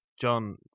John